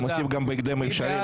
הייתי מוסיף גם בהקדם האפשרי,